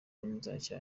byangiza